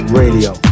radio